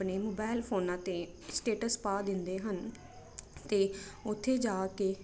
ਆਪਣੇ ਮੋਬਾਇਲ ਫੋਨਾਂ 'ਤੇ ਸਟੇਟਸ ਪਾ ਦਿੰਦੇ ਹਨ ਅਤੇ ਉੱਥੇ ਜਾ ਕੇ